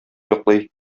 йоклый